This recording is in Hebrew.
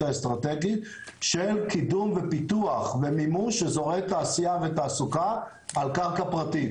האסטרטגית של קידום ופיתוח ומימוש אזורי תעשייה ותעסוקה על קרקע פרטית,